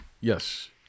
yes